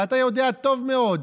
ואתה יודע טוב מאוד.